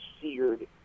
seared